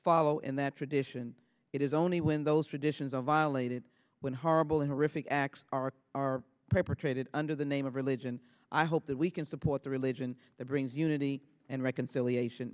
follow in that tradition it is only when those traditions of violated when horrible horrific acts are are perpetrated under the name of religion i hope that we can support the religion that brings unity and reconciliation